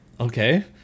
Okay